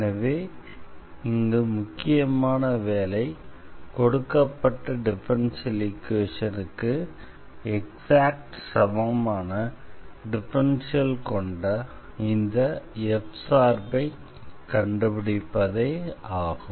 எனவே இங்கு முக்கியமான வேலை கொடுக்கப்பட்ட டிஃபரன்ஷியல் ஈக்வேஷனுக்கு எக்ஸாக்ட் சமமான டிஃபரன்ஷியல் கொண்ட இந்த f சார்பை கண்டுபிடிப்பதே ஆகும்